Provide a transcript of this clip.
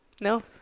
No